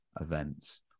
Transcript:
events